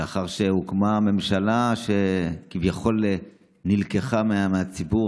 לאחר שהוקמה ממשלה שכביכול נלקחה מהציבור,